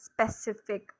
specific